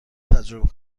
تجربه